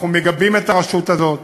אנחנו מגבים את הרשות הזאת.